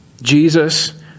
Jesus